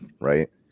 right